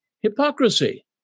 Hypocrisy